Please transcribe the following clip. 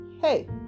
hey